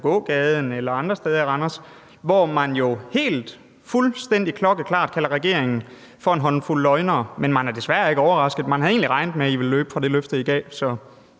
på gågaden eller andre steder i Randers, hvor man helt fuldstændig klokkeklart kalder regeringen for en håndfuld løgnere. Men man er desværre ikke overrasket, for man havde egentlig regnet med, at I ville løbe fra det løfte, i gave,